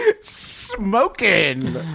Smoking